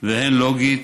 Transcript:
והן לוגית,